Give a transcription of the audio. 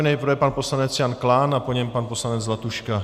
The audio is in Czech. Nejprve pan poslanec Jan Klán a po něm pan poslanec Zlatuška.